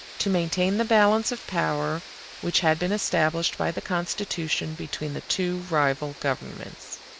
to maintain the balance of power which had been established by the constitution between the two rival governments.